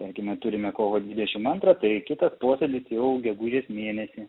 tarkime turime kovo dvidešim antrą tai kitas posėdis jau gegužės mėnesį